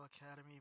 Academy